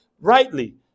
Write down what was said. rightly